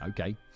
Okay